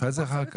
אני